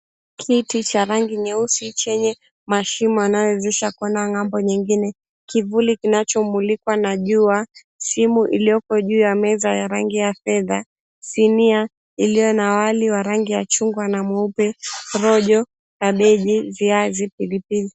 Kiti cha rangi nyeusi chenye mashimo yanayowezesha kuona ng'ambo nyingine, Kivuli kinachomulikwa na jua, simu ilioko juu ya meza ya rangi ya fedha, sinia iliyo na wali wa rangi ya chungwa na mweupe, rojo, habibi, viazi, pilipili.